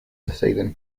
deciding